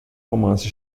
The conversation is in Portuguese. romance